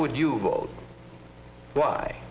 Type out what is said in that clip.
would you vote